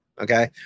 Okay